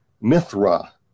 Mithra